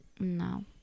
No